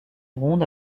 ronde